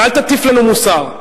ואל תטיף לנו מוסר.